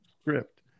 script